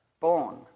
born